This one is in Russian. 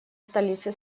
столице